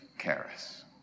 Karis